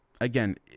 Again